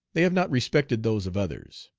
they have not respected those of others.